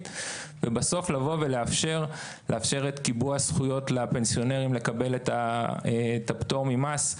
ובסוף לאפשר את קיבוע הזכויות לפנסיונרים לקבל את הפטור ממס.